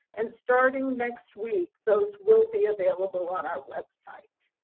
and starting next week, those will be available on our website.